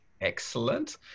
Excellent